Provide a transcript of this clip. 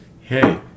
Hey